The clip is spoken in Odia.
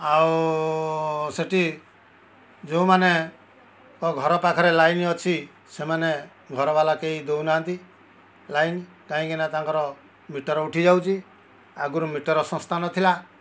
ଆଉ ସେଟି ଯେଉଁମାନେ କ ଘର ପାଖରେ ଲାଇନ୍ ଅଛି ସେମାନେ ଘର ବାଲା କେହି ଦେଉନାହାଁନ୍ତି ଲାଇନ୍ କାହିଁକିନା ତାଙ୍କର ମିଟର୍ ଉଠି ଯାଉଛି ଆଗୁରୁ ମିଟର୍ ସଂସ୍ଥା ନଥିଲା